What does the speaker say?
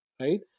right